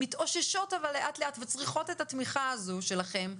מתאוששות אבל לאט לאט וצריכות את התמיכה הזו שלכם,